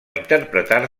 interpretar